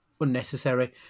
Unnecessary